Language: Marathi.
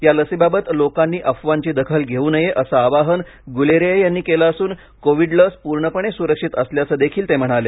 या लसीबाबत लोकांनी अफवांची दखल घेऊ नये असं आवाहन गुलेरिया यांनी केलं असून कोविड लस पूर्णपणे सुरक्षित असल्याचं देखील ते म्हणाले